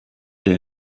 der